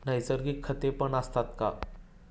नैसर्गिक खतेपण असतात का?